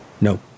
No